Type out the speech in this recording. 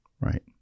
right